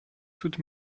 tut